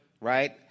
right